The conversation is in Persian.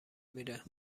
میره